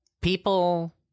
People